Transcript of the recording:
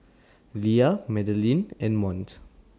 Lea Madelyn and Mont